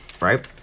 Right